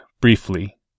briefly